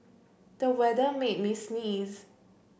the weather made me sneeze